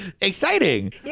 Exciting